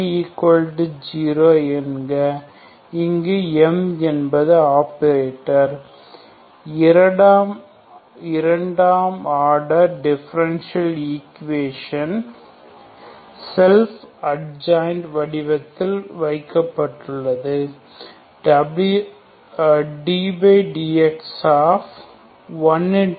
My0 என்க இங்கு M என்பது ஆப்பரேட்டர் இரண்டாம் order differential equation self adjoint வடிவத்தில் வைக்கப்படுகிறது ddx1 dydx0